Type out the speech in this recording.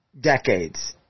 decades